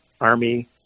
Army